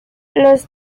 los